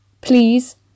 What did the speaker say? Please